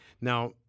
Now